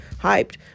Hyped